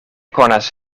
konas